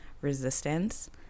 resistance